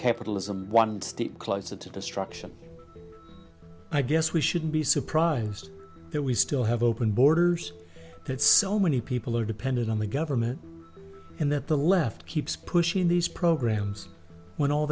capitalism one step closer to destruction i guess we shouldn't be surprised that we still have open borders that so many people are dependent on the government and that the left keeps pushing these programs when all